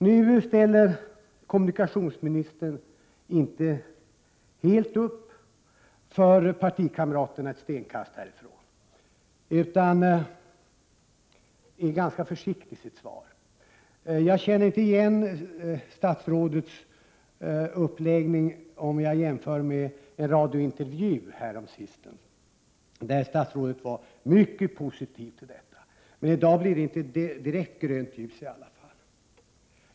Nu ställer kommunikationsministern inte upp helt för partikamraterna, som befinner sig ett stenkast härifrån. Han är i stället ganska försiktig i sitt svar. Jag känner inte igen statsrådets uppläggning i svaret om jag jämför med en radiointervju häromsistens, där statsrådet var mycket positiv till detta. Men i dag blir det i alla fall inte direkt grönt ljus.